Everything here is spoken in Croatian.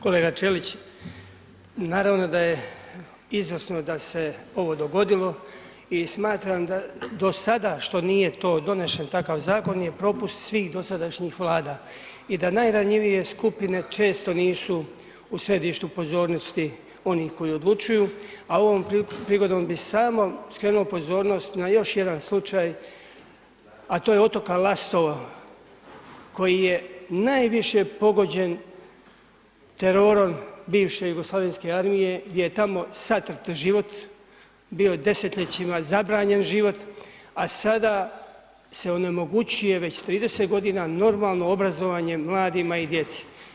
Kolega Ćelić, naravno da je izvrsno da se ovo dogodilo i smatram da do sada što nije donesen takav zakon je propust svih dosadašnjih Vlada i da najranjivije skupine često nisu u središtu pozornosti onih koji odlučuju a ovom prigodom bi samo skrenuo pozornost na još jedan slušaj a to je otoka Lastova koji je najviše pogođen terorom bivše Jugoslavenske armije gdje je tamo satrt život bio desetljećima zabranjen život a sada se onemogućuje već 30 g. normalno obrazovanje mladima i djeci.